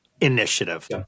initiative